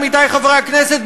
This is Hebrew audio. עמיתי חברי הכנסת,